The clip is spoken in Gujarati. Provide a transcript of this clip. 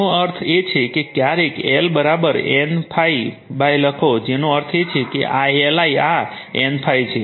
તેનો અર્થ એ છે કે ક્યારેક L N ∅ લખો જેનો અર્થ છે Li N ∅ છે